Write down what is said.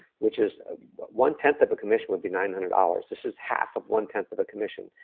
which is one-tenth of a commission would be nine hundred dollars. this is half of one-tenth of a commission.